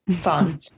fun